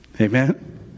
Amen